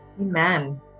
Amen